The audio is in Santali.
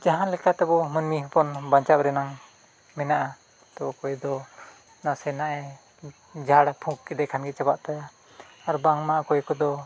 ᱡᱟᱦᱟᱸ ᱞᱮᱠᱟ ᱛᱮᱵᱚᱱ ᱢᱟᱹᱱᱢᱤ ᱦᱚᱯᱚᱱ ᱵᱟᱧᱪᱟᱣ ᱨᱮᱱᱟᱜ ᱢᱮᱱᱟᱜᱼᱟ ᱛᱳ ᱚᱠᱚᱭᱫᱚ ᱱᱟᱥᱮᱱᱟᱜ ᱮ ᱡᱷᱟᱸᱲ ᱯᱷᱩᱸᱠ ᱠᱮᱫᱮ ᱠᱷᱟᱱ ᱜᱮ ᱪᱟᱵᱟᱜ ᱛᱟᱭᱟ ᱟᱨ ᱵᱟᱝᱢᱟ ᱚᱠᱚᱭ ᱠᱚᱫᱚ